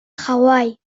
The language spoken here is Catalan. hawaii